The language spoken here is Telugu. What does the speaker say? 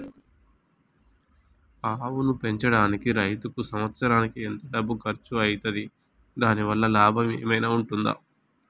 ఆవును పెంచడానికి రైతుకు సంవత్సరానికి ఎంత డబ్బు ఖర్చు అయితది? దాని వల్ల లాభం ఏమన్నా ఉంటుందా?